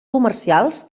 comercials